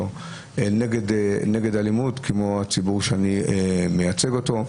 נגד אלימות כמו הציבור שאני מייצג אותו.